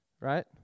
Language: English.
right